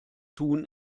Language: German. tun